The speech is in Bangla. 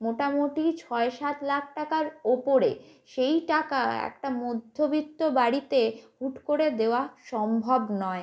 মোটামুটি ছয় সাত লাখ টাকার উপরে সেই টাকা একটা মধ্যবিত্ত বাড়িতে হুট করে দেওয়া সম্ভব নয়